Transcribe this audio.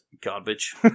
garbage